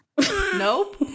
nope